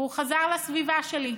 והוא חזר לסביבה שלי.